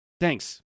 Thanks